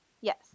Yes